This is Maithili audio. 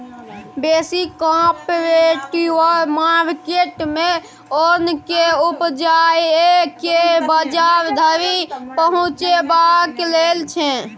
बेसी कॉपरेटिव मार्केट मे ओन केँ उपजाए केँ बजार धरि पहुँचेबाक लेल छै